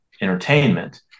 entertainment